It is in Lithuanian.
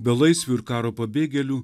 belaisvių ir karo pabėgėlių